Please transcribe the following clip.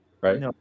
right